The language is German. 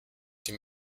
dem